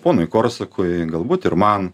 ponui korsakui galbūt ir man